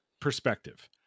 perspective